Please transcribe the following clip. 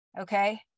Okay